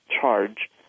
charge